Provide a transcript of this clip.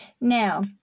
Now